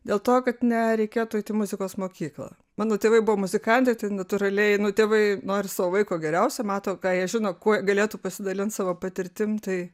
dėl to kad nereikėtų eit į muzikos mokyklą mano tėvai buvo muzikantai tai natūraliai tėvai nori savo vaiko geriausio mato ką jie žino kuo galėtų pasidalint savo patirtim tai